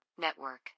Network